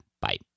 Bye